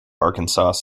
arkansas